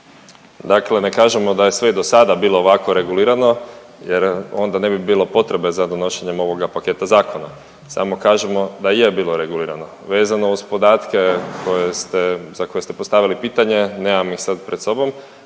Dakle ne kažemo da je sve dosada bilo ovako regulirano jer onda ne bi bilo potrebe za donošenjem ovoga paketa zakona, samo kažemo da je bilo regulirano. Vezano uz podatke, koje ste, za koje ste postavili pitanje, nemam ih sad pred sobom,